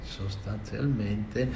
sostanzialmente